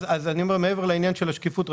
מעבר לעניין השקיפות,